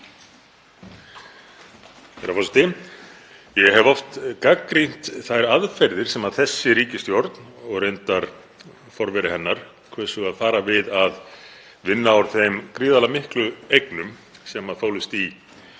Herra forseti. Ég hef oft gagnrýnt þær aðferðir sem þessi ríkisstjórn, og reyndar forveri hennar, kaus að fara við að vinna úr þeim gríðarlega miklu eignum sem fólust í